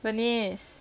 venice